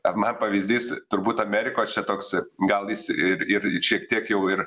na pavyzdys turbūt amerikos čia toks gal visi ir ir šiek tiek jau ir